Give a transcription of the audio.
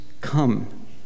come